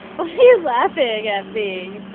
why are you laughing at me?